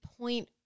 point